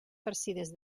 farcides